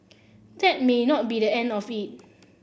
that may not be the end of it